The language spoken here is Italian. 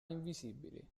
invisibili